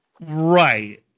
Right